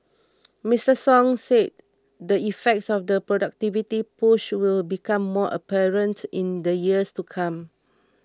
Mister Song said the effects of the productivity push will become more apparent in the years to come